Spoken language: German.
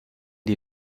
die